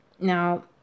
Now